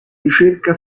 ricerca